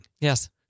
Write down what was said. Yes